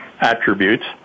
attributes